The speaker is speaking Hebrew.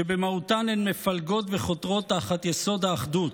שבמהותן הן מפלגות וחותרות תחת יסוד האחדות.